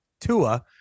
Tua